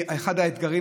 אחד האתגרים,